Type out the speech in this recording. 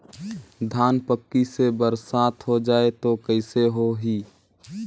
धान पक्की से बरसात हो जाय तो कइसे हो ही?